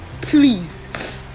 Please